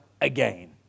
again